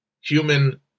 human